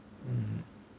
mm